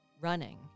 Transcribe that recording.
running